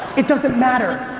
it doesn't matter,